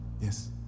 Yes